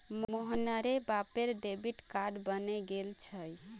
मोहनेर बापेर debit card बने गेल छे